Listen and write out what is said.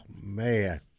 man